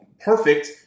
perfect